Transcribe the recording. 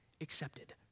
accepted